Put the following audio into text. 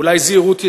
אולי זהירות יתירה,